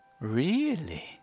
Really